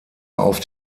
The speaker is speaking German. auf